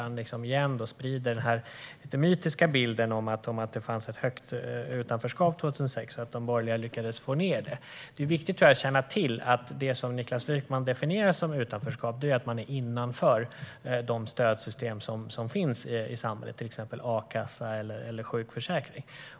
Han sprider återigen den lite mytiska bilden av att det fanns ett stort utanförskap 2006 och att de borgerliga lyckades få ned det. Det är viktigt att känna till att det som Niklas Wykman definierar som utanförskap är att man är innanför de stödsystem som finns i samhället, till exempel a-kassa eller sjukförsäkring.